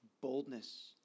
Boldness